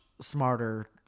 smarter